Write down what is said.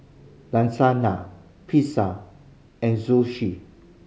Lasagna Pizza and Zosui